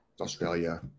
Australia